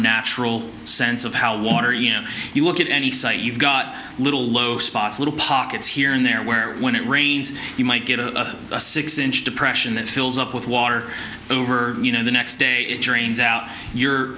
natural sense of how water you know you look at any site you've got little low spots little pockets here and there where when it rains you might get a six inch depression that fills up with water over you know the next day it drains out your